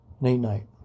Night-night